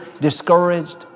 discouraged